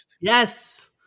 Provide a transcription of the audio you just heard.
Yes